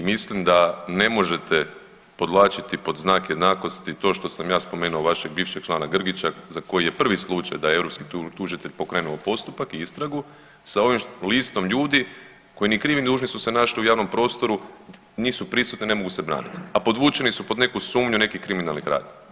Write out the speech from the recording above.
I mislim da ne možete podvlačite pod znak jednakosti to što sam ja spomenuo vašeg bivšeg člana Grgića za koji je prvi slučaj da je europski tužitelj pokrenuo postupak i istragu sa ovim listom ljudi koji ni krivi ni dužni su se našli u javnom prostoru, nisu prisutni, ne mogu se braniti, a podvučeni su pod neku sumnju nekih kriminalnih radnji.